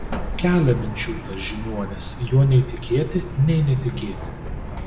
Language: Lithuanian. kelia minčių tas žiniuonis juo nei tikėti nei netikėti